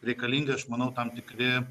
reikalingi aš manau tam tikri